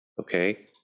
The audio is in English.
okay